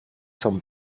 son